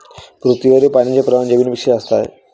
पृथ्वीवरील पाण्याचे प्रमाण जमिनीपेक्षा जास्त आहे